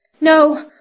No